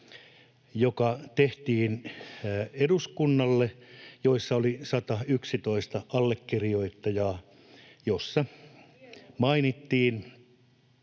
joka tehtiin eduskunnalle, jossa oli 111 allekirjoittajaa [Anne Kalmari: